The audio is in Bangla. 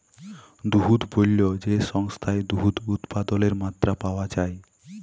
দুহুদ পল্য যে সংস্থায় দুহুদ উৎপাদলের মাত্রা পাউয়া যায়